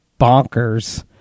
bonkers